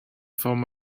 form